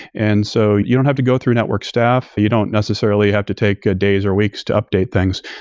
and so you don't have to go through network staff, you don't necessarily have to take ah days or weeks to update things.